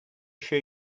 show